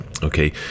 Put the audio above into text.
Okay